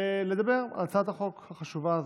ולדבר על הצעת החוק החשובה הזאת.